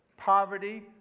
Poverty